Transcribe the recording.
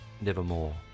Nevermore